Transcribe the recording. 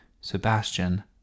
Sebastian